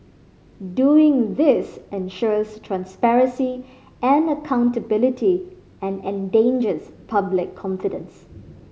doing this ensures transparency and accountability and engenders public confidence